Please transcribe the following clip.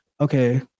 okay